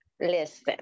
listen